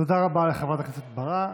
תודה רבה לחברת הכנסת ברק.